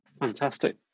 Fantastic